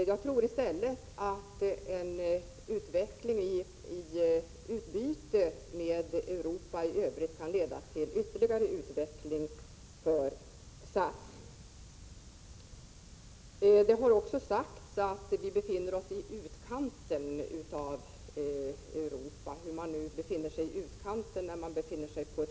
Jag tror i stället att en ökning av utbytet med det övriga Europa skulle kunna leda till en ytterligare utveckling för SAS. Det har också sagts att vi befinner oss i utkanten av marknaden. Jag vet inte hur man kan befinna sig i utkanten, när man befinner sig på ett klot.